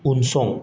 उनसं